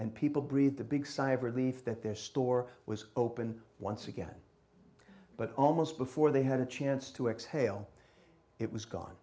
and people breathed a big sigh of relief that their store was open once again but almost before they had a chance to exhale it was gone